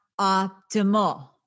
optimal